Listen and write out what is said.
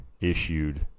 issued